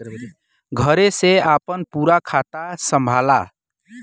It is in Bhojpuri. घरे से आपन पूरा खाता संभाला